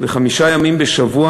וחמישה ימים בשבוע,